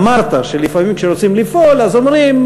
אמרת שלפעמים כשרוצים לפעול אז אומרים: